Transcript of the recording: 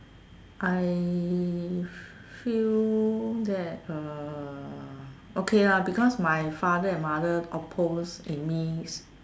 I feel that uh okay lah because my father and mother oppose in me